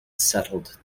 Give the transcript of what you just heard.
settled